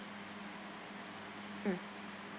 mm